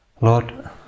lord